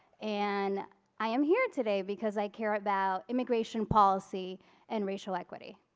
and i am here today because i care about immigration policy and racial equity.